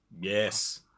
Yes